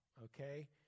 Okay